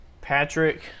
Patrick